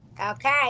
Okay